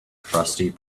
crusty